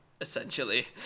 essentially